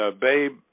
Babe